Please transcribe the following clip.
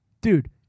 dude